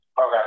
Okay